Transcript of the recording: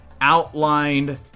outlined